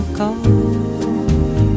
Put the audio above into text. call